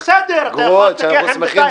בסדר, אתה יכול להתווכח עם עמדותיי.